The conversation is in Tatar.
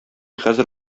хәзер